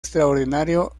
extraordinario